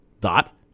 Dot